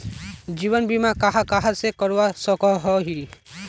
जीवन बीमा कहाँ कहाँ से करवा सकोहो ही?